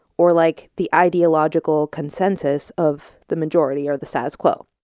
or like the ideological consensus of the majority or the status quo.